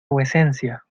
vuecencia